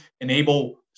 enable